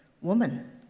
Woman